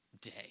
day